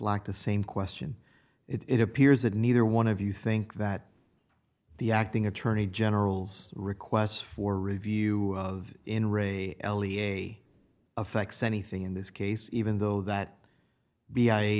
lacked the same question it appears that neither one of you think that the acting attorney general's requests for review of in re l e a a fax anything in this case even though that b i